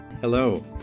Hello